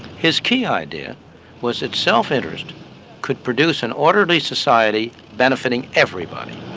his key idea was that self-interest could produce an orderly society benefiting everybody.